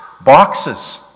boxes